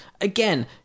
again